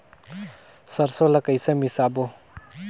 सरसो ला कइसे मिसबो?